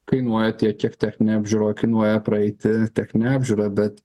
kainuoja tiek kiek techninė apžiūra kainuoja praeiti techninę apžiūrą bet